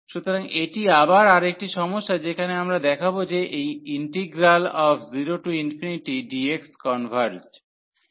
সুতরাং এটি আবার আর একটি সমস্যা যেখানে আমরা দেখাব যে এই ইন্টিগ্রাল 0dx কনভার্জ